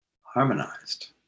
harmonized